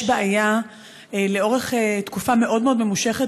יש בעיה לאורך תקופה מאוד מאוד ממושכת